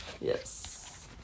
yes